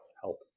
help